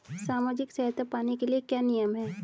सामाजिक सहायता पाने के लिए क्या नियम हैं?